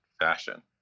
fashion